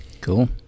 cool